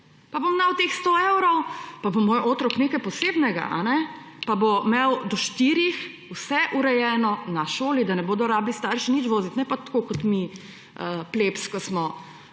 pa bom dal teh 100 evrov, pa bo moj otrok nekaj posebnega, pa bo imel do štirih vse urejeno na šoli, da ne bodo rabili starši nič vozit, ne pa tako kot mi, plebs, ki smo